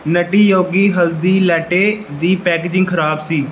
Nutty Yogi Haldi latte ਦੀ packaging ਖਰਾਬ ਸੀ